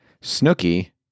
Snooky